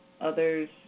Others